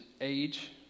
age